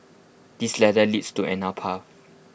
this ladder leads to path